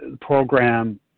program